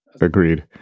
Agreed